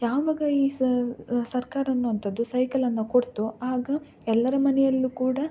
ಯಾವಾಗ ಈ ಸರ್ಕಾರ ಅನ್ನುವಂತದ್ದು ಸೈಕಲನ್ನು ಕೊಡ್ತೋ ಆಗ ಎಲ್ಲರ ಮನೆಯಲ್ಲೂ ಕೂಡ